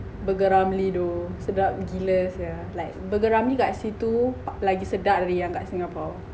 burger Ramly !duh! sedap gila sia like burger Ramly kat situ lagi sedap dari yang kat singapore